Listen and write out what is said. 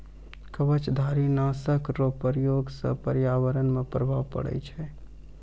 कवचधारी नाशक रो प्रयोग से प्रर्यावरण मे प्रभाव पड़ै छै